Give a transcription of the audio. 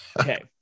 Okay